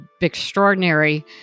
extraordinary